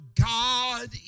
God